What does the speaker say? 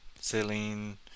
saline